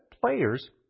players